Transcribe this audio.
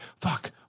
fuck